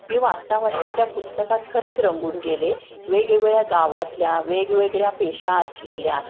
मी वाचता वाचता त्या पुस्तकात खरंच रंगून गेले वेगवेगळ्या गावातल्या वेगवेगळ्या पेशा असलेल्या